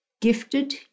Gifted